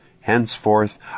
Henceforth